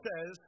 says